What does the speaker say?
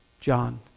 John